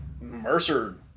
Mercer